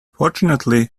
fortunately